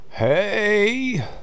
Hey